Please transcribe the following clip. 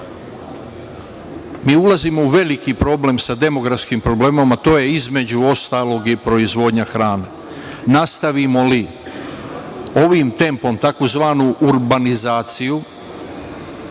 Mi ulazimo u veliki problem sa demografskim problemom, a to je, između ostalog, i proizvodnja hrane. Nastavimo li ovim tempom tzv. urbanizaciju